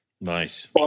Nice